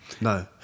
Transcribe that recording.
No